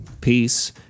Peace